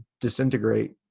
disintegrate